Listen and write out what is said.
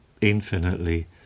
infinitely